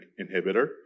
inhibitor